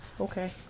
Okay